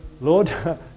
Lord